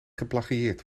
geplagieerd